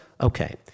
Okay